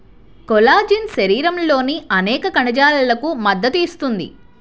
collagen శరీరంలోని అనేక కణజాలాలకు మద్దతు ఇస్తుంది